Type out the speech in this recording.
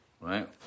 right